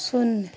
शून्य